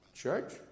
Church